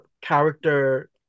character